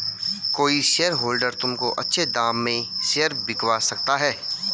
कोई शेयरहोल्डर तुमको अच्छे दाम में शेयर बिकवा सकता है